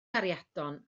gariadon